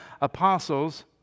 apostles